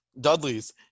Dudley's